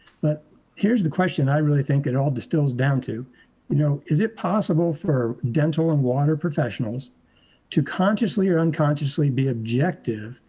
but here's the question i really think it all distills down to you know is it possible for dental and water professionals to consciously or unconsciously be objective